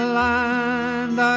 land